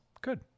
Good